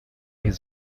his